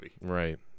right